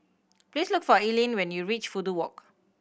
please look for Eileen when you reach Fudu Walk